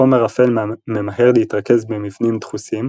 חומר אפל ממהר להתרכז במבנים דחוסים,